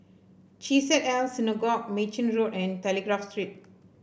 Chesed El Synagogue Mei Chin Road and Telegraph Street